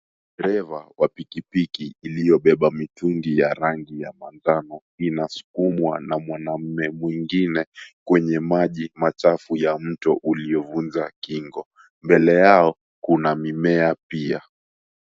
Dereva wa pikipiki hiyo beba mitungi ya rangi ya manjano inasukumwa na mwanamme mwingine kwenye maji machafu ya mto uliovunja kingo. Mbele yao kuna mimea pia.